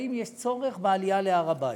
האם יש צורך בעלייה להר-הבית?